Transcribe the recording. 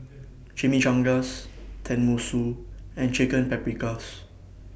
Chimichangas Tenmusu and Chicken Paprikas